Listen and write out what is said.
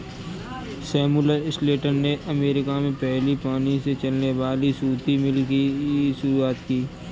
Samuel Slater ने America में पहली पानी से चलने वाली सूती मिल की शुरुआत की